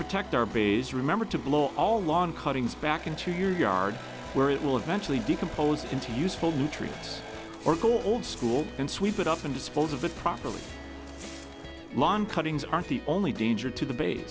protect our bays remember to blow all lawn cuttings back into your yard where it will eventually decompose into useful nutrients or cool old school and sweep it up and dispose of it properly lawn cuttings aren't the only danger to the ba